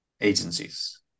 agencies